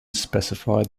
specified